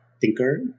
thinker